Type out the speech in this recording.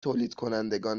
تولیدکنندگان